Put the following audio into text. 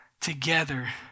together